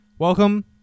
Welcome